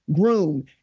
groom